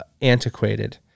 antiquated